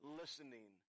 listening